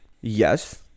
yes